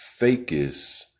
fakest